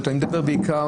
גם דיברנו עם שמחה.